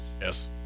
Yes